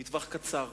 נורים מטווח קצר